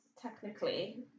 technically